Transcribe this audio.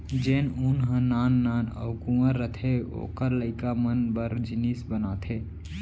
जेन ऊन ह नान नान अउ कुंवर रथे ओकर लइका मन बर जिनिस बनाथे